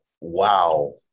Wow